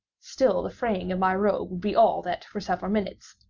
still the fraying of my robe would be all that, for several minutes,